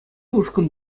ушкӑн